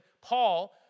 Paul